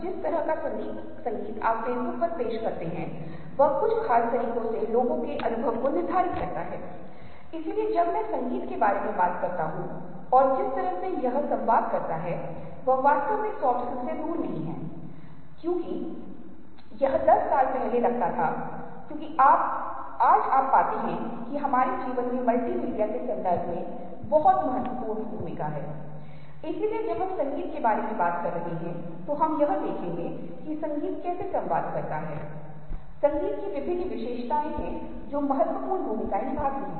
निरंतरता जब आप इस विशेष छवि को देखते हैं तो शायद इसे निरंतर माना जाता है और इन्हें गलती से चीजों के रूप में माना जाता है जो चीजें गलती से वहाँ पर होती हैं और यह एक बहुत ही दिलचस्प प्रवृत्ति है और हम लोग इन सभी रूपों की अवधारणा से जुड़े हुए हैं विभिन्न रूप हैं कि हम उन्हें कैसे संरेखित करते हैं या हम उन्हें एक साथ जोड़कर कैसे समझ बनाने की कोशिश करते हैं कैसे हम उस से पूर्णता की भावना प्राप्त करने का प्रयास करते हैं